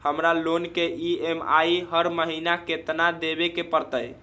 हमरा लोन के ई.एम.आई हर महिना केतना देबे के परतई?